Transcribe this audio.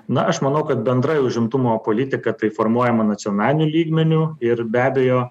na aš manau kad bendrai užimtumo politika tai formuojama nacionaliniu lygmeniu ir be abejo